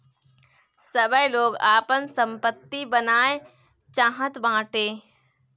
सबै लोग आपन सम्पत्ति बनाए चाहत बाटे